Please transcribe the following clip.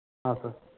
ಹಾಂ ಸರ್